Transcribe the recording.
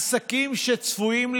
עסקים שצפויים להיסגר,